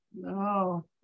no